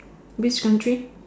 which country